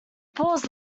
paused